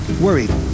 Worried